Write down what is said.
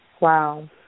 Wow